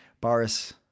Boris